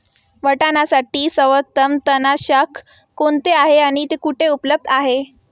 वाटाण्यासाठी सर्वोत्तम तणनाशक कोणते आहे आणि ते कुठे उपलब्ध आहे?